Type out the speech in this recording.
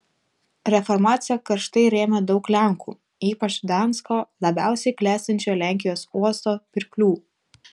reformaciją karštai rėmė daug lenkų ypač gdansko labiausiai klestinčio lenkijos uosto pirklių